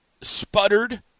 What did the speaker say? sputtered